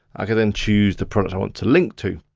i could then choose the product i want to link to.